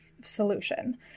solution